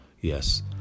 Yes